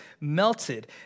melted